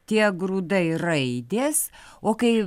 tie grūdai raidės o kai